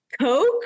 Coke